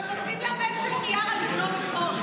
גם נותנים לבן של מיארה לגנוב אפוד.